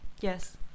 Yes